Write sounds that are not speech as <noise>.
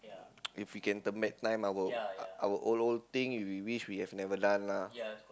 <noise> if we can turn back time our old old thing we wish we have never done lah